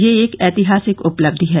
यह एक ऐतिहासिक उपलब्धि है